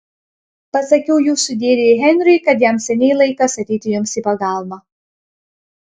pasakiau jūsų dėdei henriui kad jam seniai laikas ateiti jums į pagalbą